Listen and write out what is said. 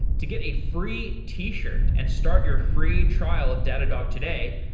to get a free t-shirt and start your free trial of datadog today,